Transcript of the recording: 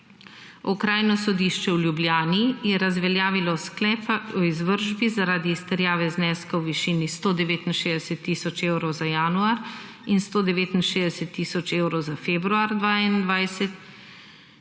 Okrajno sodišče v Ljubljani je razveljavilo sklepa o izvršbi, zaradi izterjave zneska v višini 169 tisoč evrov za januar in 169 tisoč za februar 2021